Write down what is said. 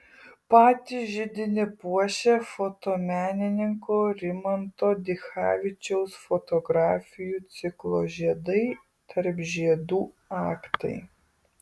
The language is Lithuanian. patį židinį puošia fotomenininko rimanto dichavičiaus fotografijų ciklo žiedai tarp žiedų aktai